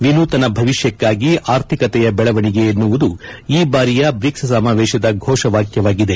ವಿನೂತನ ಭವಿಷ್ಣಕ್ನಾಗಿ ಆರ್ಥಿಕತೆಯ ಬೆಳವಣಿಗೆ ಎನ್ನುವುದು ಈ ಬಾರಿಯ ಬ್ರಿಕ್ ಸಮಾವೇಶದ ಘೋಷ ವಾಕ್ಯವಾಗಿದೆ